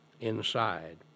inside